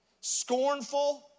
Scornful